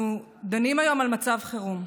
אנחנו דנים היום על מצב חירום.